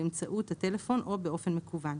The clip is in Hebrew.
באמצעות הטלפון או באופן מקוון.